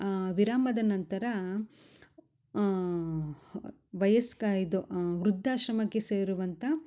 ವಿರಾಮದ ನಂತರ ವಯಸ್ಕ ಇದು ವೃದ್ಧಾಶ್ರಮಕ್ಕೆ ಸೇರುವಂಥ